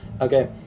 Okay